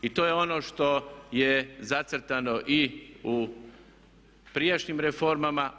I to je ono što je zacrtano i u prijašnjim reformama.